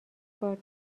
بار